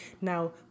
now